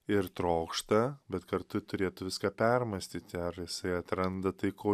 ir trokšta bet kartu turėtų viską permąstyti ar jisai atranda tai ko